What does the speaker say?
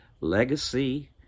Legacy